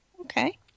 okay